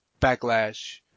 Backlash